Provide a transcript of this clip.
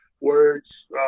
words